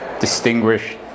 distinguished